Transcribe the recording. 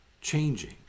changing